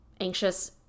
anxious